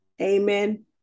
amen